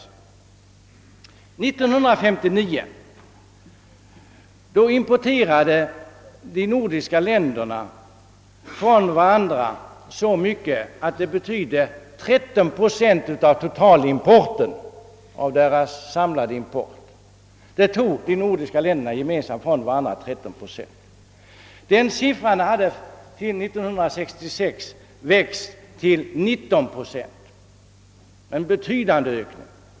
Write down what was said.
1959 importerade de nordiska länderna från varandra så mycket att det betydde 13 procent av totalimporten för dessa länder. Denna siffra hade till 1966 växt till 19 procent, en betydande ökning.